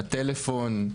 בטלפון,